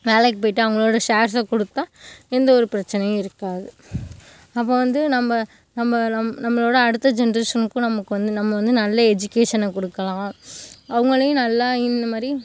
வேலைக் போயிவிட்டு அவங்களோட ஷேர்ஸ கொடுத்தா எந்த ஒரு பிரச்சனையும் இருக்காது அப்போ வந்து நம்ப நம்ம லம் நம்மளோட அடுத்த ஜென்ரேஷன்க்கும் நமக்கு வந்து நம்ம வந்து நல்ல எஜிகேஷனை கொடுக்கலாம் அவங்களையும் நல்லா இந்த மாதிரி